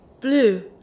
Blue